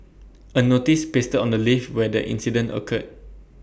A notice pasted on the lift where the incident occurred